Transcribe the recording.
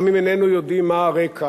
גם אם ברגע זה איננו יודעים מה הרקע,